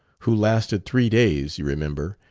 who lasted three days, you remember,